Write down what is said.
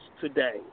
today